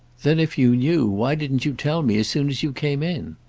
then if you knew why didn't you tell me as soon as you came in?